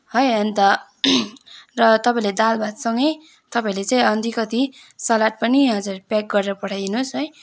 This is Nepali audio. है अन्त र तपाईँहरूले दाल भातसँगै तपाईँले चाहिँ अलिकति सलाद पनि हजुर प्याक गरेर पठाइहिनुहोस् है